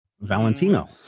Valentino